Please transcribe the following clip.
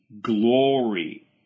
glory